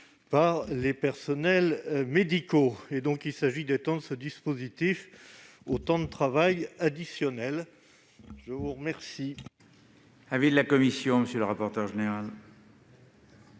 par les personnels médicaux. Il s'agit d'étendre ce dispositif au temps de travail additionnel. Quel